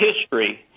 history